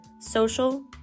social